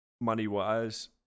money-wise